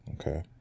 Okay